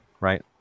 right